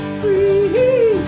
free